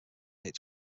its